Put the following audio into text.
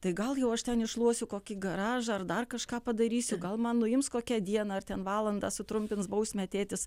tai gal jau aš ten iššluosiu kokį garažą ar dar kažką padarysiu gal man nuims kokią dieną ar ten valandą sutrumpins bausmę tėtis